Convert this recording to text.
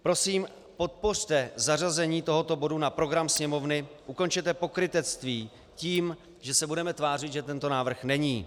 Prosím, podpořte zařazení tohoto bodu na program Sněmovny, ukončete pokrytectví tím, že se budeme tvářit, že tento návrh není.